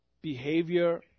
behavior